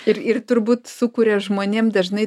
ir ir turbūt sukuria žmonėm dažnai